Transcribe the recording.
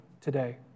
today